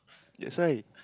that's why